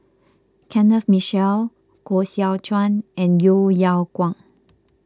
Kenneth Mitchell Koh Seow Chuan and Yeo Yeow Kwang